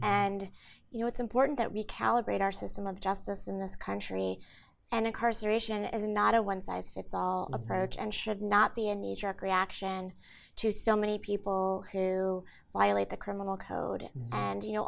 and you know it's important that we calibrate our system of justice in this country and incarceration is not a one size fits all approach and should not be any reaction to so many people who violate the criminal code and you know